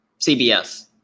CBS